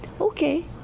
okay